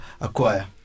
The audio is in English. acquire